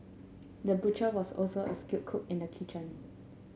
the butcher was also a skilled cook in the kitchen